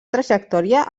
trajectòria